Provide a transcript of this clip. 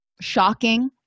shocking